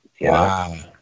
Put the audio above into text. Wow